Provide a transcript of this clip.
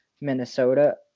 minnesota